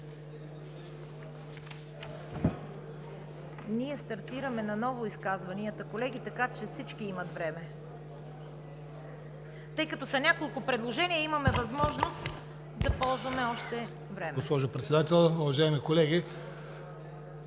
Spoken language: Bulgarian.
Ние стартираме наново изказванията, колеги. Така че всички имат време. Тъй като са няколко предложения, имаме възможност да ползваме още време. ВАЛЕНТИН КАСАБОВ (ОП): Госпожо Председател, уважаеми колеги!